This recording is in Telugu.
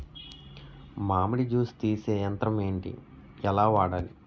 మామిడి జూస్ తీసే యంత్రం ఏంటి? ఎలా వాడాలి?